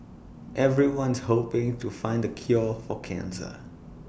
everyone's hoping to find the cure for cancer